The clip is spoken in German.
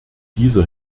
dieser